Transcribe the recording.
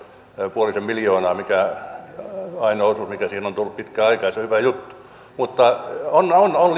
puolisen miljoonaa mikä on ainoa osuus mikä siihen on tullut pitkään aikaan ja se on hyvä juttu mutta liikuntapaikkarakentamisessa on